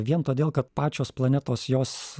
vien todėl kad pačios planetos jos